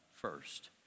first